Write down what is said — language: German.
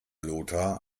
lothar